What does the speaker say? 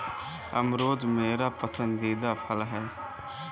अमरूद मेरा पसंदीदा फल है